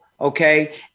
Okay